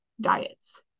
diets